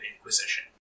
inquisition